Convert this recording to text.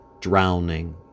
drowning